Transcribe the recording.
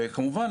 וכמובן,